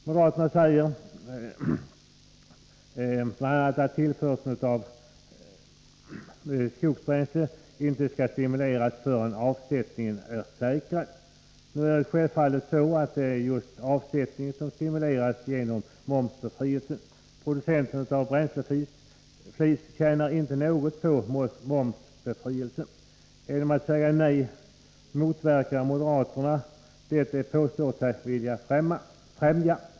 Moderaterna säger bl.a. att tillförseln av skogsbränsle inte skall stimuleras förrän avsättningen är säkrad. Nu är det självfallet så att det är just avsättningen som stimuleras genom momsbefrielsen. Producenten av bränsleflis tjänar inte något på momsbefrielsen. Genom att säga nej motverkar moderaterna det de påstår sig vilja främja.